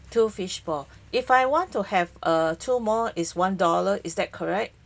two fishball if I want to have uh two more is one dollar is that correct